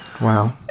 wow